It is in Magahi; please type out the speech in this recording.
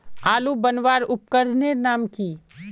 आली बनवार उपकरनेर नाम की?